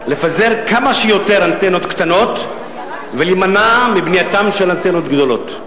לפזר כמה שיותר אנטנות קטנות ולהימנע מבנייתן של אנטנות גדולות.